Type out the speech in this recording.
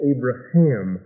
Abraham